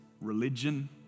religion